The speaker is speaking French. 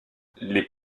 les